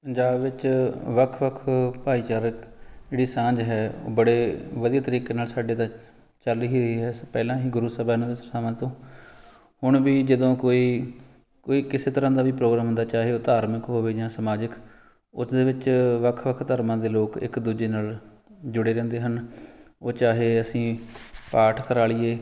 ਪੰਜਾਬ ਵਿੱਚ ਵੱਖ ਵੱਖ ਭਾਈਚਾਰਕ ਜਿਹੜੀ ਸਾਂਝ ਹੈ ਬੜੇ ਵਧੀਆ ਤਰੀਕੇ ਨਾਲ ਸਾਡੇ ਤਾਂ ਚੱਲ ਹੀ ਰਹੀ ਹੈ ਸ ਪਹਿਲਾਂ ਹੀ ਗੁਰੂ ਸਾਹਿਬਾਨਾਂ ਦੇ ਸਮਾਂ ਤੋਂ ਹੁਣ ਵੀ ਜਦੋਂ ਕੋਈ ਕੋਈ ਕਿਸੇ ਤਰ੍ਹਾਂ ਦਾ ਵੀ ਪ੍ਰੋਗਰਾਮ ਹੁੰਦਾ ਚਾਹੇ ਉਹ ਧਾਰਮਿਕ ਹੋਵੇ ਜਾਂ ਸਮਾਜਿਕ ਉਸ ਦੇ ਵਿੱਚ ਵੱਖ ਵੱਖ ਧਰਮਾਂ ਦੇ ਲੋਕ ਇੱਕ ਦੂਜੇ ਨਾਲ ਜੁੜੇ ਰਹਿੰਦੇ ਹਨ ਉਹ ਚਾਹੇ ਅਸੀਂ ਪਾਠ ਕਰਾ ਲਈਏ